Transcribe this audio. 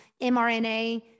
mrna